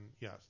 yes